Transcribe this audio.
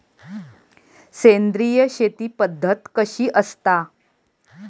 सेंद्रिय शेती पद्धत कशी असता?